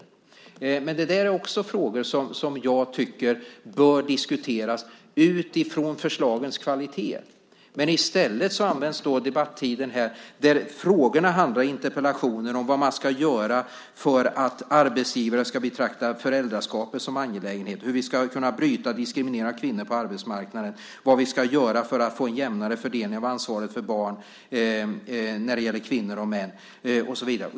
Också detta är frågor som jag tycker bör diskuteras utifrån förslagens kvalitet. I stället används debattiden här till något annat. Frågorna i interpellationen handlar om vad man ska göra för att arbetsgivare ska betrakta föräldraskapet som en angelägenhet och hur vi ska kunna bryta diskrimineringen av kvinnor på arbetsmarknaden. De handlar om vad vi ska göra för att få en jämnare fördelning av ansvaret för barn när det gäller kvinnor och män och så vidare.